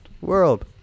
world